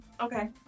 Okay